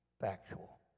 factual